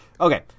Okay